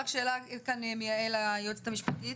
רק שאלה כאן מיעל היועצת המשפטית.